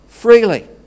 Freely